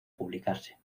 publicarse